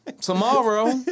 tomorrow